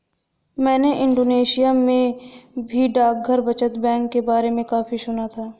मैंने इंडोनेशिया में भी डाकघर बचत बैंक के बारे में काफी सुना था